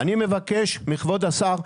אני מבקש מכבוד השר,